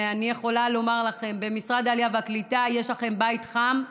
אני יכולה לומר לכם שבמשרד העלייה והקליטה יש לכם בית חם,